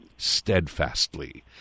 steadfastly